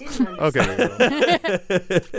Okay